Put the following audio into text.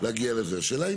אז